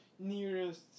nearest